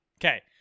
Okay